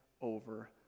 over